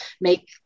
make